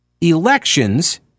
elections